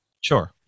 Sure